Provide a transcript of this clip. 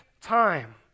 time